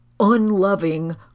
unloving